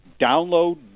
download